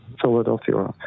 Philadelphia